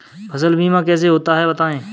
फसल बीमा कैसे होता है बताएँ?